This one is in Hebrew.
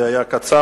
זה היה קצר,